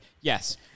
yes